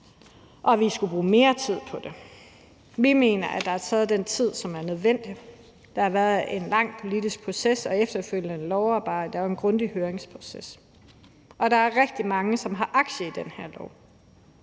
at vi skulle have brugt mere tid på det. Vi mener, at det har taget den tid, som er nødvendig. Der har været en lang politisk proces og et efterfølgende lovarbejde og en grundig høringsrunde. Og der er rigtig mange, som har aktier i den her lov